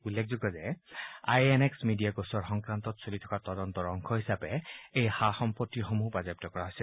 উল্লেখযোগ্য যে I N X media গোচৰ সংক্ৰান্তত চলি থকা তদন্তৰ অংশ হিচাপে এই সা সম্পণ্ডিসমূহ বাজেয়াপ্ত কৰা হৈছে